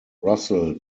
russell